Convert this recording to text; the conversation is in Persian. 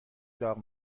داغ